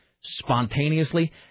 spontaneously